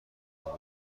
دادن